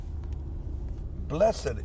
Blessed